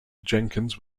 jenkins